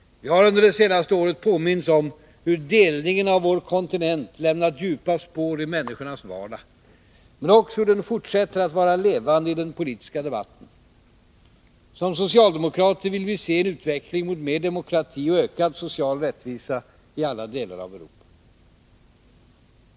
Vi har under det senaste året påmints om hur delningen av vår kontinent lämnat djupa spår i människornas vardag, men också hur den fortsätter att vara levande i den politiska debatten. Som socialdemokrater vill vi se en utveckling mot mer demokrati och ökad social rättvisa i alla delar av Europa.